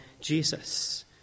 Jesus